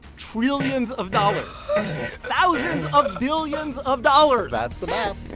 trillions of dollars thousands of billions of dollars. that's the math.